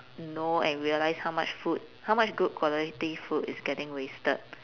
know and realise how much food how much good quality food is getting wasted